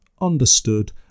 understood